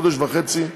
חודש וחצי,